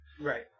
Right